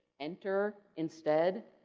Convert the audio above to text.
enter instead,